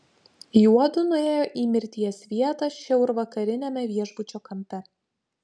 juodu nuėjo į mirties vietą šiaurvakariniame viešbučio kampe